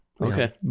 Okay